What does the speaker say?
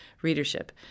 readership